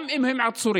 גם אם הם עצורים,